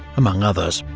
among others.